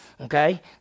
Okay